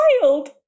child